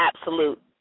absolute